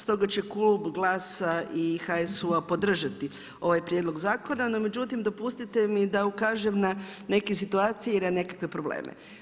Stoga će klub GLAS-a i HSU-a podržati ovaj prijedlog zakona no međutim, dopustite mi da ukažem na neke situacije i na nekakve probleme.